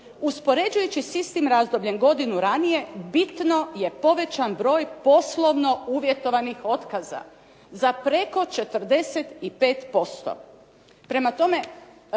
uspoređujući s istim razdobljem godinu ranije, bitno je povećan broj poslovno uvjetovanih otkaza za preko 45%.